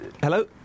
Hello